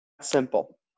simple